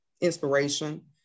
inspiration